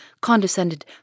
condescended